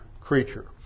creature